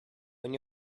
when